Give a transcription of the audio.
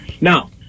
Now